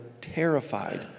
terrified